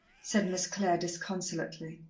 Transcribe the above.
said miss clare disconsolately.